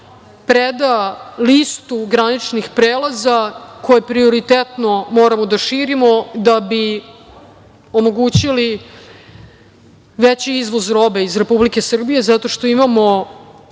preda listu graničnih prelaza koju prioritetno moramo da širimo da bi omogućili veći izvoz robe iz Republike Srbije zato što imamo,